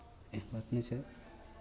एहन बात नहि छै